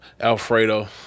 Alfredo